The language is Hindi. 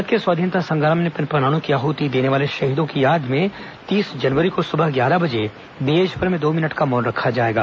भारत के स्वाधीनता संग्राम में अपने प्राणों की आहृति देने वाले शहीदों की याद में तीस जनवरी को सुबह ग्यारह बजे देशभर में दो मिनट का मौन रखा जाएगा